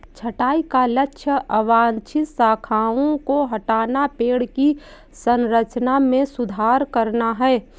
छंटाई का लक्ष्य अवांछित शाखाओं को हटाना, पेड़ की संरचना में सुधार करना है